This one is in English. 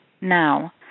now